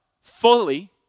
fully